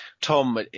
Tom